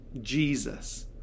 Jesus